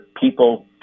people